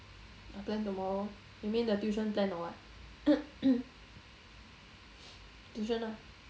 my plan tomorrow you mean the tuition plan or what tuition ah